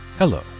Hello